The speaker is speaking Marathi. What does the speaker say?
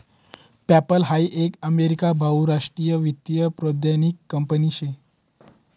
पेपाल हाई एक अमेरिका बहुराष्ट्रीय वित्तीय प्रौद्योगीक कंपनी शे